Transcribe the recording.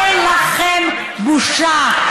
אין לכם בושה.